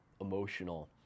emotional